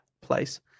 place